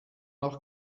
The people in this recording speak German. noch